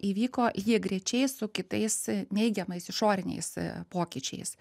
įvyko lygiagrečiai su kitais neigiamais išoriniais pokyčiais